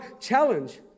challenge